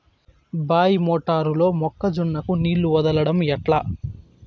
బాయి మోటారు లో మొక్క జొన్నకు నీళ్లు వదలడం ఎట్లా?